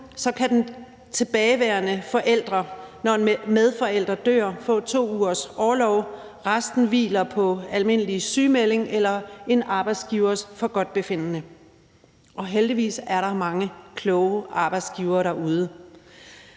nu, kan den tilbageværende forælder, når en medforælder dør, få 2 ugers orlov. Resten hviler på almindelig sygemelding eller en arbejdsgivers forgodtbefindende, og heldigvis er der mange kloge arbejdsgivere derude.